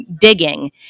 digging